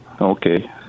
Okay